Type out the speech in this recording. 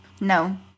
No